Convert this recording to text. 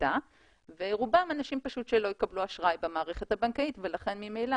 בשליטה ורובם אנשים שלא יקבלו אשראי במערכת הבנקאית ולכן ממילא